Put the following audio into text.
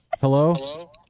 Hello